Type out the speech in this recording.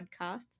podcasts